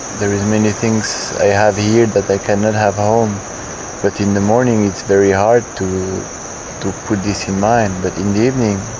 there is many things i have here that i cannot have home but in the morning it's very hard to to put this in mind but in the evening